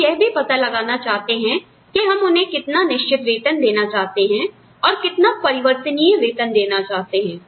हम यह भी पता लगाना चाहते हैं कि हम उन्हें कितना निश्चित वेतनदेना चाहते हैं और कितना परिवर्तनीय वेतनदेना चाहते हैं